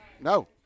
no